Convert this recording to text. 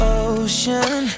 ocean